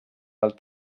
del